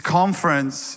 conference